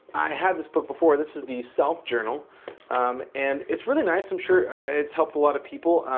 i had this book before. this is the self journal and it's really nice, i'm sure it's helped a lot of people.